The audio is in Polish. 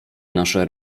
nasze